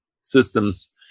systems